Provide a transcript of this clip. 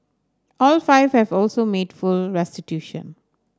all five have also made full restitution